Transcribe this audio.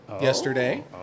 yesterday